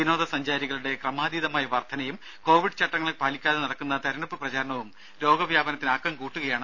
വിനോദ സഞ്ചാരികളുടെ ക്രമാതീതമായ വർദ്ധനയും കോവിഡ് ചട്ടങ്ങൾ പാലിക്കാതെ നടക്കുന്ന തെരഞ്ഞെടുപ്പ് പ്രചാരണവും രോഗവ്യാപനത്തിന് ആക്കം കൂട്ടുകയാണ്